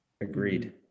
Agreed